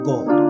God